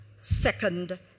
second